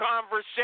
conversation